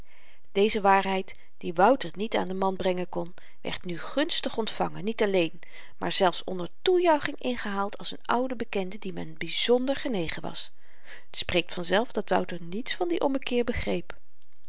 deze waarheid die wouter niet aan den man brengen kon werd nu gunstig ontvangen niet alleen maar zelfs onder toejuiching ingehaald als n oude bekende dien men byzonder genegen was t spreekt vanzelf dat wouter niets van dien ommekeer begreep